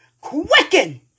quicken